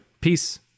Peace